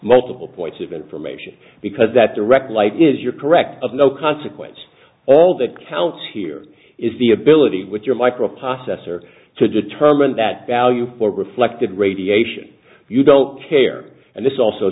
multiple points of information because that direct light is your correct of no consequence all that counts here is the ability with your microprocessor to determine that value or reflected radiation you don't care and this also